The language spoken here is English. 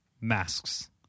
masks